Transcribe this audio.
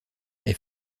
est